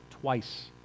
twice